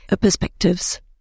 perspectives